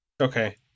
Okay